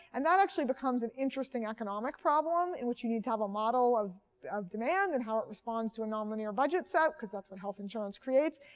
and actually becomes an interesting economic problem in which you need to have a model of of demand and how it responds to a non-linear budget set because that's what health insurance creates.